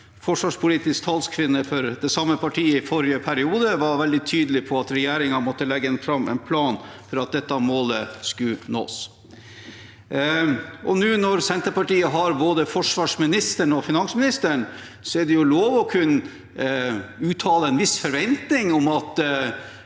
forsvarspolitisk talskvinne for det samme partiet i forrige periode var veldig tydelig på at regjeringen måtte legge fram en plan for at dette målet skulle nås. Nå som Senterpartiet har både forsvarsministeren og finansministeren, er det jo lov å kunne uttale en viss forventning om at